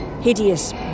Hideous